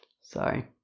Sorry